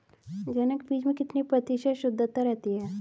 जनक बीज में कितने प्रतिशत शुद्धता रहती है?